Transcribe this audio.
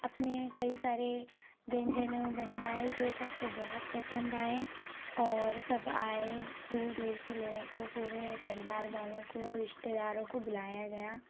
अपने कई सारे व्यंजन बनवाए जो सबको बहुत पसंद आएँ और सब आए दूर दूर से लोगों को पूरे परिवार वालों को रिश्तेदारों को बुलाया गया